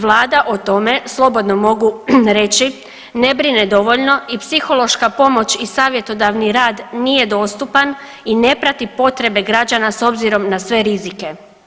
Vlada o tome slobodno mogu reći ne brine dovoljno i psihološka pomoć i savjetodavni rad nije dostupan i ne prati potrebe građana s obzirom na sve rizike.